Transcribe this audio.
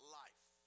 life